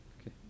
Okay